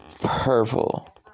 purple